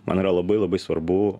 man yra labai labai svarbu